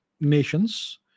nations